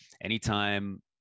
anytime